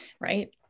Right